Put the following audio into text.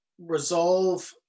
resolve